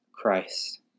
Christ